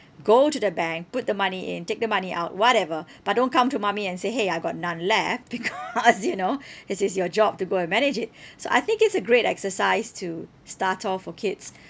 go to the bank put the money in take the money out whatever but don't come to mummy and say !hey! I got none left because you know it is your job to go and manage it so I think it's a great exercise to start off for kids